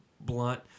blunt